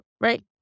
right